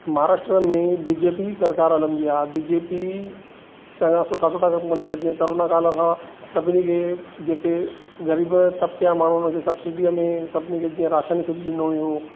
महाराष्ट्र में B J P सरकारु हलंदी आहे बी जे पी चङा सुठा सुठा कमु कंदी आहे जे कोरोना काल खां सभिनी खे जेके ग़रीब तपके जा माण्हू हुनखे सबसीडीअ में सभिनी खे जीअं राशन फ्री ॾिनो हुओ